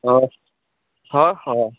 ᱦᱚᱭ ᱦᱚᱭ ᱦᱚᱭ